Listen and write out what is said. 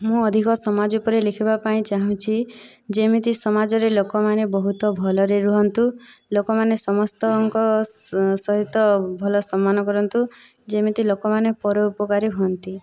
ମୁଁ ଅଧିକ ସମାଜ ଉପରେ ଲେଖିବା ପାଇଁ ଚାହୁଁଛି ଯେମିତି ସମାଜରେ ଲୋକମାନେ ବହୁତ ଭଲରେ ରୁହନ୍ତୁ ଲୋକମାନେ ସମସ୍ତଙ୍କ ସହିତ ଭଲ ସମାନ କରନ୍ତୁ ଯେମିତି ଲୋକମାନେ ପର ଉପକାରୀ ହୁଅନ୍ତି